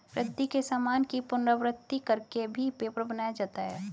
रद्दी के सामान की पुनरावृति कर के भी पेपर बनाया जाता है